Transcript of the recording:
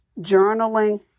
Journaling